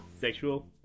Sexual